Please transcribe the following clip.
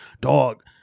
dog